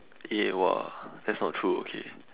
eh !wah! that's not true okay